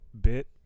bit